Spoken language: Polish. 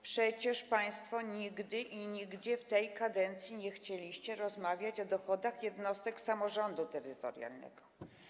Przecież państwo nigdy i nigdzie w tej kadencji nie chcieliście rozmawiać o dochodach jednostek samorządu terytorialnego.